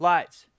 Lights